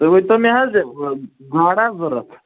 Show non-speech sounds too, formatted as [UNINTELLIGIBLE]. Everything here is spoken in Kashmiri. تُہۍ ؤنۍتو مےٚ حظ [UNINTELLIGIBLE] گاڈٕ آسہٕ ضوٚرتھ